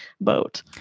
boat